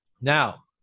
Now